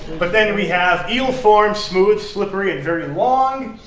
but then we have eel-formed, smooth, slippery, and very long.